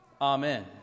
Amen